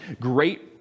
great